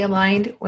Aligned